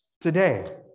today